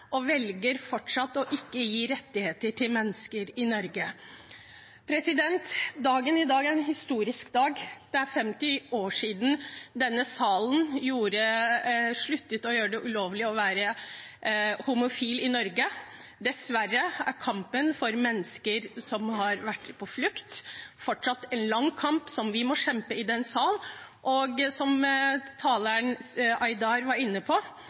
og velger fortsatt ikke å gi rettigheter til mennesker i Norge. Dagen i dag er en historisk dag. Det er 50 år siden denne salen gjorde slutt på at det var ulovlig å være homofil i Norge. Dessverre er kampen for mennesker som har vært på flukt, fortsatt en lang kamp vi må kjempe i denne salen. Som representanten Aydar var inne på,